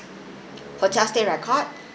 hotel stay record